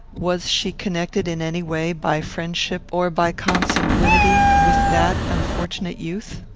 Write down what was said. was she connected in any way, by friendship or by consanguinity, with that unfortunate youth?